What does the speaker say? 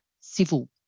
civil